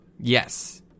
Yes